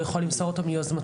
הוא יכול למסור אותו מיוזמתו.